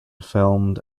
filmed